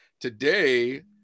Today